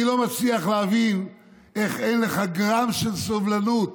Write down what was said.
אני לא מצליח להבין איך אין לך גרם של סובלנות